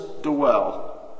dwell